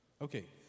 Okay